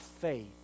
faith